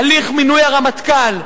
הליך מינוי הרמטכ"ל,